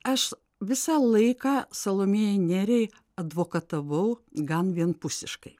aš visą laiką salomėjai nėriai advokatavau gan vienpusiškai